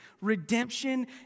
Redemption